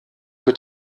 mit